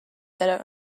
that